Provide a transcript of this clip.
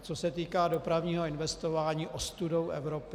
Co se týká dopravního investování, jsme ostudou Evropy.